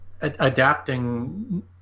adapting